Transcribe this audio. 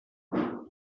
mein